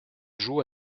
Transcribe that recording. joue